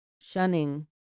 shunning